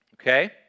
Okay